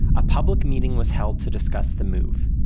a public meeting was held to discuss the move.